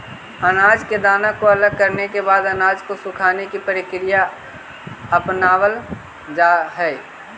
अनाज के दाना को अलग करने के बाद अनाज को सुखाने की प्रक्रिया अपनावल जा हई